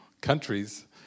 countries